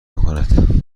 میکند